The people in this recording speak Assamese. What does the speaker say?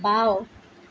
বাওঁ